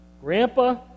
Grandpa